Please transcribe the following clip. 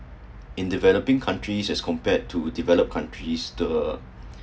in developing countries as compared to developed countries the